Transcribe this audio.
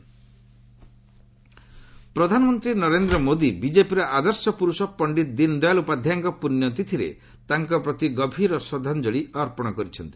PM Deen Dayal ପ୍ରଧାନମନ୍ତ୍ରୀ ନରେନ୍ଦ୍ର ମୋଦି ବିଜେପିର ଆଦର୍ଶ ପୁରୁଷ ପଣ୍ଡିତ ଦୀନ୍ ଦୟାଲ୍ ଉପାଧ୍ୟାୟଙ୍କ ପୁଣ୍ୟତିଥିରେ ତାଙ୍କପ୍ରତି ଗଭୀର ଶ୍ରଦ୍ଧାଞ୍ଜଳି ଅର୍ପଣ କରିଛନ୍ତି